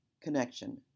connection